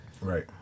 Right